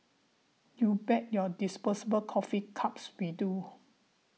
you bet your disposable coffee cups we do